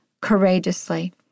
courageously